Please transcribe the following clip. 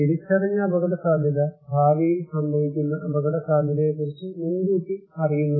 തിരിച്ചറിഞ്ഞ അപകടസാധ്യത ഭാവിയിൽ സംഭവിക്കുന്ന അപകടസാധ്യതയെക്കുറിച്ച് മുൻകൂട്ടി അറിയുന്നത്